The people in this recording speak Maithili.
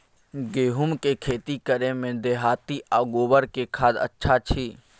गेहूं के खेती करे में देहाती आ गोबर के खाद अच्छा छी?